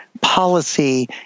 policy